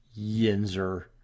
Yinzer